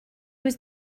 was